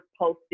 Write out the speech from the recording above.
posted